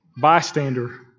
bystander